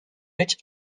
rich